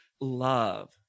love